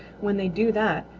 when they do that,